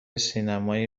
سینمای